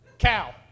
Cow